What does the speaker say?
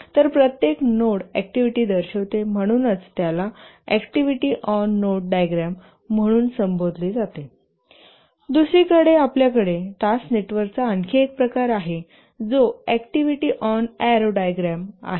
तर प्रत्येक node activity दर्शविते म्हणूनच त्याला अॅक्टिव्हिटी ऑन नोड डायग्राम म्हणून संबोधले जाते दुसरीकडेआपल्याकडे टास्क नेटवर्कचा आणखी एक प्रकार आहे जो अॅक्टिव्हिटी ऑन एरो डायग्राम आहे